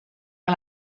que